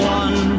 one